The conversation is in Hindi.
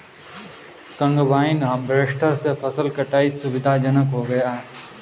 कंबाइन हार्वेस्टर से फसल कटाई सुविधाजनक हो गया है